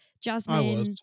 Jasmine